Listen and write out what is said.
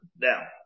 now